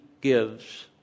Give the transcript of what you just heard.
gives